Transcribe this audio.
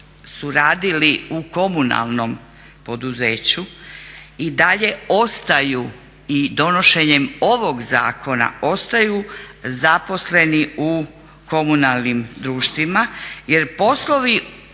su radili u komunalnom poduzeću i dalje ostaju i donošenjem ovog zakona ostaju zaposleni u komunalnim društvima jer poslovi